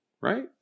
Right